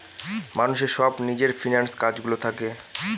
মানুষের সব নিজের ফিন্যান্স কাজ গুলো থাকে